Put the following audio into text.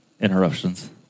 Interruptions